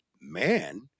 man